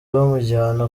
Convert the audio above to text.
bamujyana